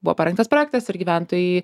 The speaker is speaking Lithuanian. buvo parengtas projektas ir gyventojai